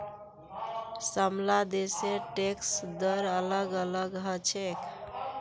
सबला देशेर टैक्स दर अलग अलग ह छेक